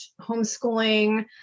homeschooling